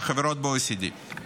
החברות ב-OECD.